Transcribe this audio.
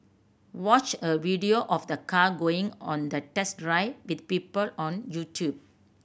watch a video of the car going on a test drive with people on YouTube